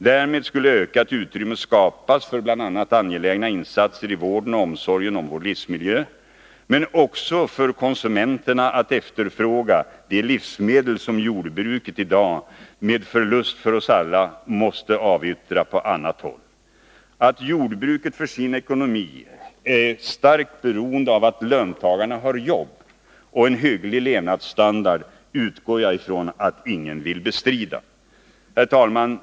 Därmed skulle ökat utrymme skapas för bl.a. angelägna insatser i vården av och omsorgen om vår livsmiljö, men också för konsumenterna att efterfråga de livsmedel som jordbruket i dag med förlust för oss alla måste avyttra på annat håll. Att jordbruket för sin ekonomi är starkt beroende av att löntagarna har jobb och hygglig levnadsstandard utgår jag från att ingen vill bestrida. Herr talman!